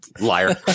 liar